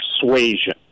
persuasion